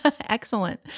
Excellent